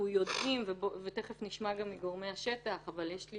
יש לי